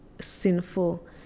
sinful